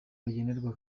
bagenerwa